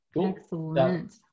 Excellent